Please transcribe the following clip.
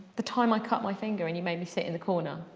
the time i cut my finger and you made me sit in the corner.